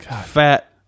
Fat